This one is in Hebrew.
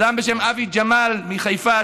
אדם בשם אבי ג'מאל מחיפה,